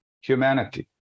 humanity